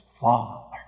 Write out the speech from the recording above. father